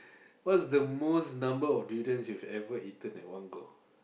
what's the most number of durians you've ever eaten at one go